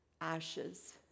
ashes